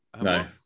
No